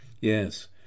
yes